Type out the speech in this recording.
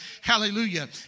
Hallelujah